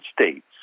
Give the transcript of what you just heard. States